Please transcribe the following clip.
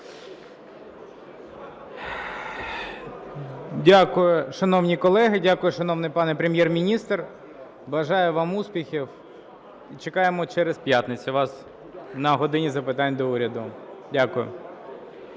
Дякую, шановні колеги. Дякую, шановний пане Прем'єр-міністр. Бажаю вам успіхів і чекаємо через п'ятницю вас на "годині запитань до Уряду". Дякую.